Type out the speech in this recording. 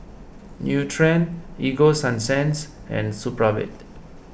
Nutren Ego Sunsense and Supravit